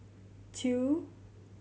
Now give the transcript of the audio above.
two